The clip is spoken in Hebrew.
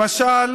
למשל